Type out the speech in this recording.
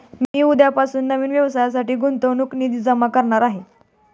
मी उद्यापासून नवीन व्यवसायासाठी गुंतवणूक निधी जमा करणार आहे